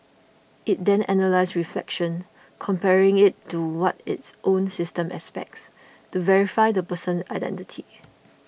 it then analyses reflection comparing it to what its own system expects to verify the person's identity